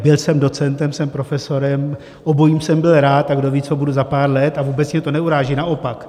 Byl jsem docentem, jsem profesorem, obojím jsem byl rád a kdo ví, co budu za pár let, a vůbec mě to neuráží, naopak.